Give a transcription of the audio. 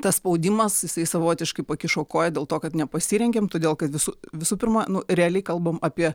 tas spaudimas jisai savotiškai pakišo koją dėl to kad nepasirengėm todėl kad visų visų pirma nu realiai kalbam apie